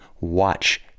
Watch